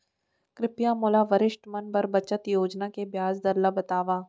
कृपया मोला वरिष्ठ मन बर बचत योजना के ब्याज दर ला बतावव